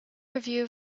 review